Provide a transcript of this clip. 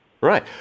Right